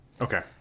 okay